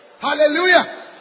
Hallelujah